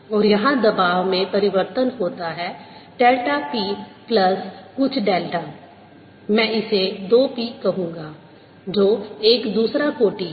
और यहाँ दबाव में परिवर्तन होता है डेल्टा p प्लस कुछ डेल्टा मैं इसे 2 p कहूंगा जो एक दूसरा कोटि है